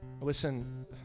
Listen